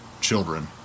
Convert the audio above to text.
children